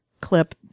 clip